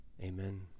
Amen